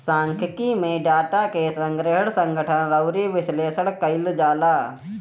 सांख्यिकी में डाटा के संग्रहण, संगठन अउरी विश्लेषण कईल जाला